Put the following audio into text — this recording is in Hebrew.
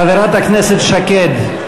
חברת הכנסת שקד,